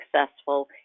successful